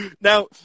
Now